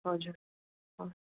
हजुर हजुर